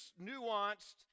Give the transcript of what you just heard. nuanced